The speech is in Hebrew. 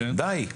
די.